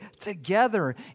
together